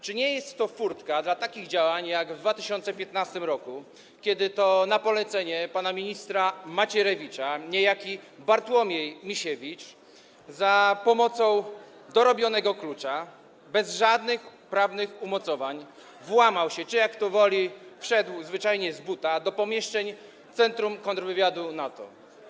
Czy nie jest to furtka dla takich działań jak w 2015 r., kiedy to na polecenie pana ministra Macierewicza niejaki Bartłomiej Misiewicz za pomocą dorobionego klucza, bez żadnych prawnych umocowań włamał się czy, jak kto woli, wszedł zwyczajnie z buta do pomieszczeń centrum kontrwywiadu NATO?